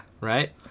Right